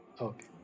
Okay